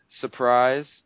surprise